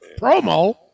promo